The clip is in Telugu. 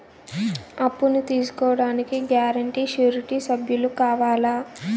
అప్పును తీసుకోడానికి గ్యారంటీ, షూరిటీ సభ్యులు కావాలా?